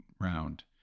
round